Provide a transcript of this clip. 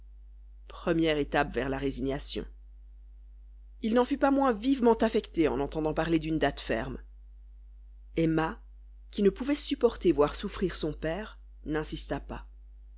première étape vers la résignation il n'en fut pas moins vivement affecté en entendant parler d'une date ferme emma qui ne pouvait supporter voir souffrir son père n'insista pas